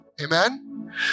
Amen